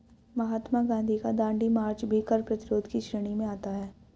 महात्मा गांधी का दांडी मार्च भी कर प्रतिरोध की श्रेणी में आता है